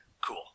Cool